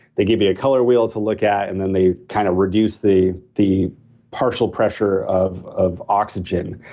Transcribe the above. they give you a color wheel to look at, and then they kind of reduce the the partial pressure of of oxygen.